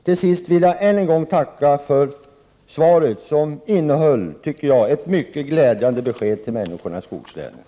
Till sist vill jag än en gång tacka för svaret, som jag tycker innehöll ett mycket glädjande besked till människorna i skogslänen.